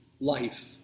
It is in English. life